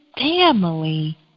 family